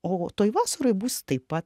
o toj vasaroj bus taip pat